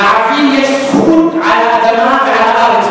לערבים יש זכות על האדמה ועל הארץ.